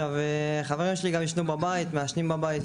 חברים שלי עישנו בבית, מעשנים בבית.